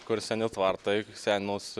kur seni tvartai senos